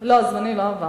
לא, זמני לא עבר.